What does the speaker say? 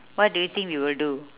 what do you think we will do